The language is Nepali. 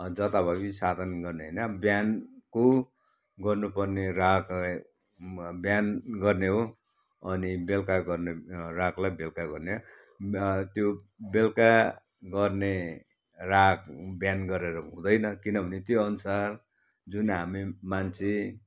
जताभावी साधन गर्ने होइन बिहानको गर्नुपर्ने राग बिहान गर्ने हो अनि बेलुका गर्ने रागलाई बेलुका गर्ने त्यो बेलुका गर्ने राग बिहान गरेर हुँदैन किनभने त्यो अनुसार जुन हामी मान्छे